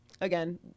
again